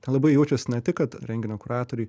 labai jaučiasi ne tik kad renginio kuratoriai